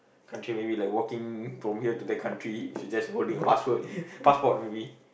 country maybe like walking from here to that country if you just holding the password passport maybe